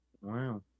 Wow